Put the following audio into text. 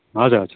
हजुर हजुर